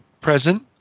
present